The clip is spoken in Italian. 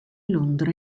londra